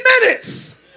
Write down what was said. minutes